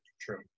True